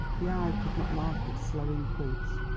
the eye could not mark its slow increase,